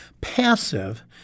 Passive